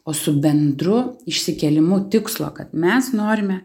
o su bendru išsikėlimu tikslo kad mes norime